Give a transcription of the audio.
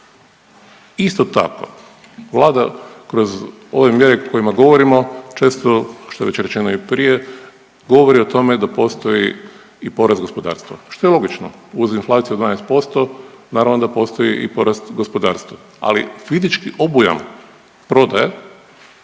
Isto tako vlada kroz ove mjere o kojima govorimo često, što je već rečeno i prije, govori o tome da postoji i porast gospodarstva, što je logičnom, uz inflaciju od 12% naravno da postoji i porast gospodarstva, ali fizički obujam prodaje